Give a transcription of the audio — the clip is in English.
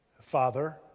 Father